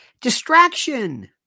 Distraction